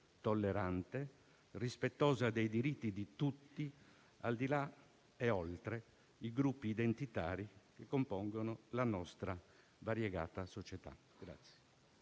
tollerante, rispettosa dei diritti di tutti, al di là e oltre i gruppi identitari che compongono la nostra variegata società.